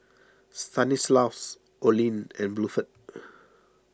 Stanislaus Olene and Bluford